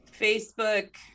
Facebook